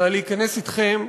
אלא להיכנס אתכם,